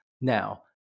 Now